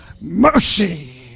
Mercy